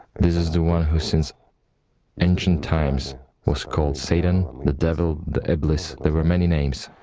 this is the one who since ancient times was called satan, the devil, the iblis, there were many names.